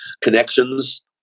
connections